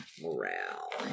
Morale